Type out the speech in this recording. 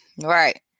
Right